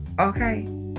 Okay